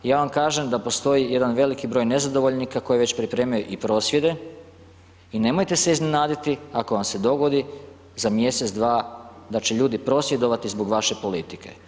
Ja vam kažem da postoji jedan veliki broj nezadovoljnika koji već pripremaju i prosvjede i nemojte se iznenaditi ako vam se dogodi za mjesec, dva, da će ljudi prosvjedovati zbog vaše politike.